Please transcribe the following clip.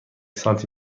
سانتی